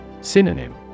Synonym